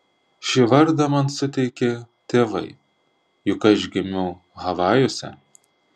šį vardą man suteikė tėvai juk aš gimiau havajuose